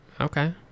Okay